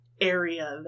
area